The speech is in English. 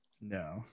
No